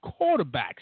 quarterbacks